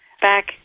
Back